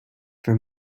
for